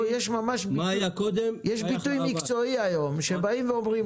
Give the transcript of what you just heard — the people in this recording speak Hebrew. מה היה קודם --- יש ביטוי מקצועי היום שאם,